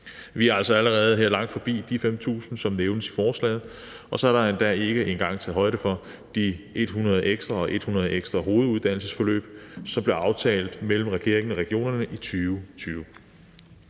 Vi er altså allerede her langt forbi de 5.000, som nævnes i forslaget, og så er der endda ikke engang taget højde for de 100 ekstra hoveduddannelsesforløb, som blev aftalt mellem regeringen og regionerne i 2020.